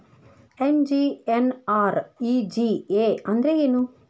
MGNREGA ಅಂದ್ರೆ ಏನು?